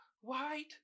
white